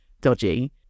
dodgy